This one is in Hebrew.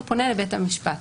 הוא פונה לבית המשפט.